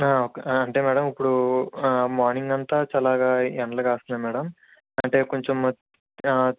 అంటే మ్యాడమ్ ఇప్పుడూ మార్నింగ్ అంతా చల్లగా ఎండలు కాస్తున్నాయి మ్యాడమ్ అంటే కొంచెము